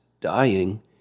dying